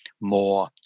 more